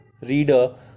reader